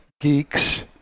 geeks